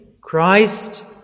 Christ